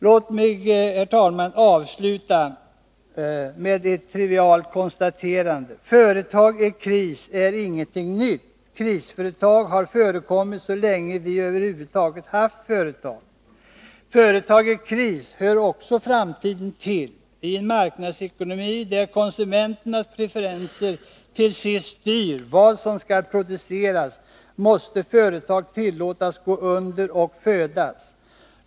Låt mig, herr talman, avsluta med ett trivialt konstaterande: Företag i kris är ingenting nytt. Krisföretag har förekommit så länge vi över huvud taget haft företag. Företag i kris hör också framtiden till. I en marknadsekonomi, där konsumenternas preferenser till sist styr vad som skall produceras, måste företag tillåtas gå under och födas.